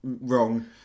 wrong